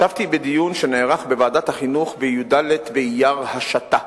ישבתי בדיון שנערך בוועדת החינוך בי"ד באייר השתא,